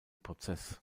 prozess